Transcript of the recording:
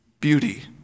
beauty